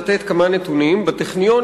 אני רוצה לתת כמה נתונים: בטכניון,